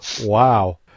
wow